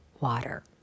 water